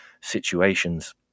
situations